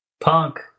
Punk